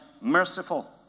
merciful